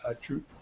true